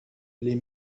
les